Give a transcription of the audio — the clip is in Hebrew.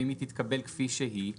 ואם היא תתקבל כפי שהיא,